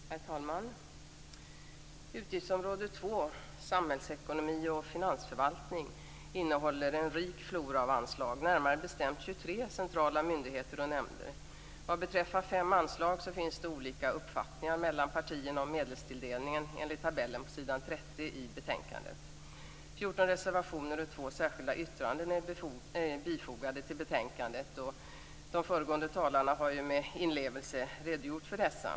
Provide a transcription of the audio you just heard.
Herr talman! Utgiftsområde 2 Samhällsekonomi och finansförvaltning innehåller en rik flora av anslag, närmare bestämt 23 centrala myndigheter och nämnder. Vad beträffar fem anslag finns det olika uppfattningar mellan partierna om medelstilldelningen enligt tabellen på s. 30 i betänkandet. 14 reservationer och 2 särskilda yttranden är fogade till betänkandet. De föregående talarna har med inlevelse redogjort för dessa.